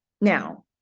Now